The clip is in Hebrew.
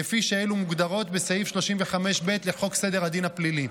כפי שאלו מוגדרות בסעיף 35ב לחוק סדר הדין הפלילי.